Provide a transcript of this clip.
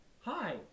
Hi